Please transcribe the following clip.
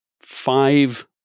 five